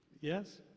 Yes